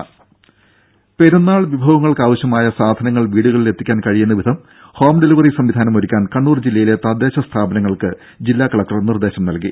രുര പെരുന്നാൾ വിഭവങ്ങൾക്കാവശ്യമായ സാധനങ്ങൾ വീടുകളിലെത്തിക്കാൻ കഴിയുന്ന വിധം ഹോം ഡെലിവറി സംവിധാനമൊരുക്കാൻ കണ്ണൂർ ജില്ലയിലെ തദ്ദേശ സ്ഥാപന ങ്ങൾക്ക് കലക്ടർ നിർദേശം നൽകി